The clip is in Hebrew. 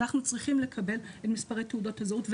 אנחנו צריכים לקבל את מספרי תעודות הזהות,